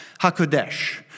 HaKodesh